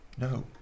No